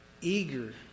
eager